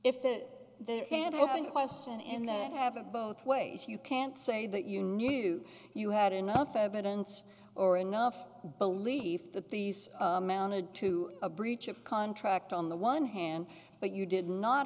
been questioned in that have it both ways you can't say that you knew you had enough evidence or enough belief that these mounted to a breach of contract on the one hand but you did not